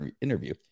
interview